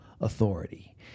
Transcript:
authority